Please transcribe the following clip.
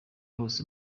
hose